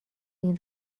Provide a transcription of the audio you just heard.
این